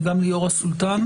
ליאור סולטן